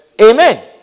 Amen